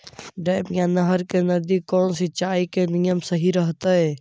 Dam या नहर के नजदीक कौन सिंचाई के नियम सही रहतैय?